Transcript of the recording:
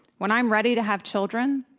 when i'm ready to have children,